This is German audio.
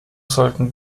sollten